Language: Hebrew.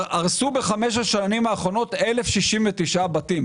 הרסו בחמש השנים האחרונות 1,069 בתים,